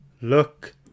Look